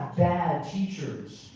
bad teachers.